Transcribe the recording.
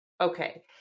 okay